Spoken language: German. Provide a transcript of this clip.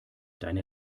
deine